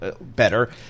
better